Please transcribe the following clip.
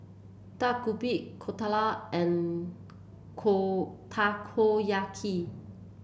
Dak Galbi Dhokla and Takoyaki